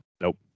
Nope